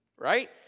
Right